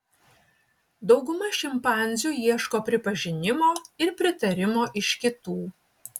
dauguma šimpanzių ieško pripažinimo ir pritarimo iš kitų